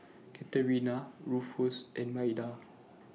Katerina Rufus and Maida